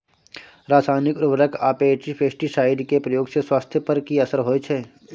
रसायनिक उर्वरक आ पेस्टिसाइड के प्रयोग से स्वास्थ्य पर कि असर होए छै?